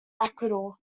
acquittal